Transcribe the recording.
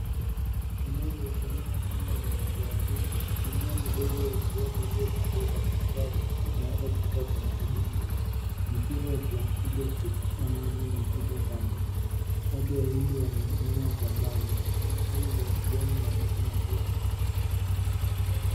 Eneo la ukulima shamba limetayarishwa. Mimea midogo ya kijani iliyopangwa kwa mistari, imeota kutoka kwenye udongo. Mipira ya plastiki ya kupitishia maji imepita kando. Watu wawili wamesimama kwa mbali. Bustani za kijani na miti mirefu.